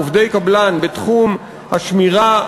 עובדי קבלן בתחום השמירה,